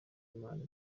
imana